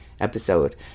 episode